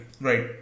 Right